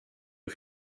det